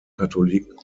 katholiken